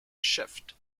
shift